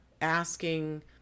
asking